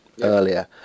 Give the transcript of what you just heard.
earlier